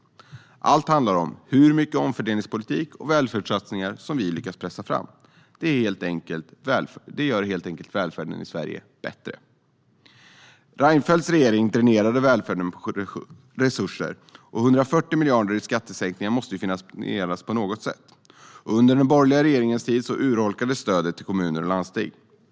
Allt handlar om hur mycket omfördelningspolitik och välfärdssatsningar som vi lyckas pressa fram. Det gör helt enkelt välfärden i Sverige bättre. Reinfeldts regering dränerade välfärden på resurser. På något sätt måste 140 miljarder i skattesänkningar finansieras. Under den borgerliga rege-ringens tid urholkades stödet till kommuner och landsting.